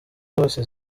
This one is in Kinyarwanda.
zose